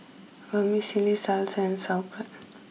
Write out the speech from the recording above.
Vermicelli Salsa and Sauerkraut